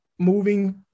Moving